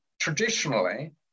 traditionally